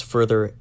Further